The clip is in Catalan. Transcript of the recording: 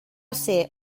ser